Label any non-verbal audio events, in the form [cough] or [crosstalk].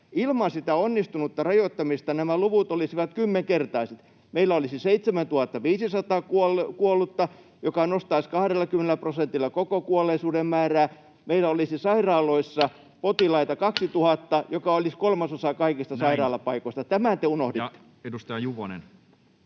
Ilman sitä onnistunutta rajoittamista nämä luvut olisivat kymmenkertaiset: Meillä olisi 7 500 kuollutta, mikä nostaisi 20 prosentilla koko kuolleisuuden määrää. Meillä olisi sairaaloissa [noise] potilaita 2 000, joka olisi kolmasosa kaikista sairaalapaikoista. Tämän te unohditte. Näin. — Edustaja Juvonen.